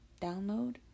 download